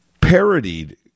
parodied